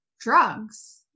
drugs